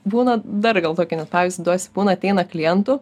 būna dar gal tokį net pavyzdį duosiu būna ateina klientų